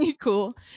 cool